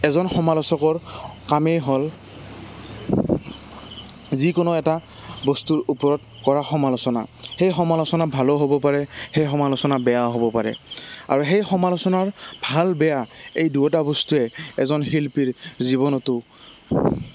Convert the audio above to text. এজন সমালোচকৰ কামেই হ'ল যিকোনো এটা বস্তুৰ ওপৰত কৰা সমালোচনা সেই সমালোচনা ভালো হ'ব পাৰে সেই সমালোচনা বেয়াও হ'ব পাৰে আৰু সেই সমালোচনাৰ ভাল বেয়া এই দুয়োটা বস্তুৱে এজন শিল্পীৰ জীৱনতো